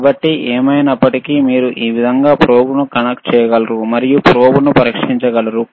కాబట్టి ఏమైనప్పటికీ మీరు ఈ విధంగా ప్రోబ్ను కనెక్ట్ చేయగలరు మరియు ప్రోబ్ను పరీక్షించగలరు